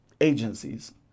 agencies